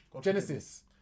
Genesis